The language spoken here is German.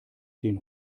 den